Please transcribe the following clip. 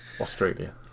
australia